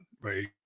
right